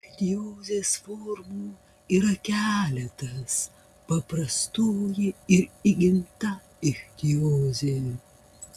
ichtiozės formų yra keletas paprastoji ir įgimta ichtiozė